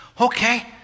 okay